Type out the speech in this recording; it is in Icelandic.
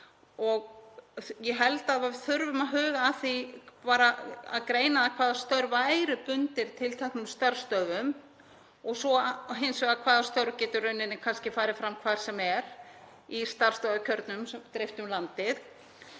og ég held að við þurfum að huga að því að greina það hvaða störf eru bundin tilteknum starfsstöðvum og svo hins vegar hvaða störf geta í rauninni kannski farið fram hvar sem er í starfsstöðvarkjörnum dreifðum um landið.